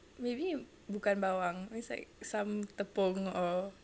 maybe bukan bawang it's like some tepung or